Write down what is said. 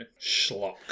schlock